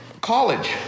College